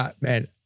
man